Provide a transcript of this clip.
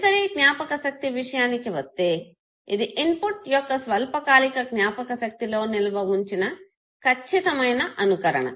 sensory జ్ఞాపకశక్తి విషయానికి వస్తే అది ఇన్పుట్ యొక్క స్వల్పకాలిక జ్ఞాపకశక్తిలో నిల్వవుంచిన ఖచ్చితమైన అనుకరణ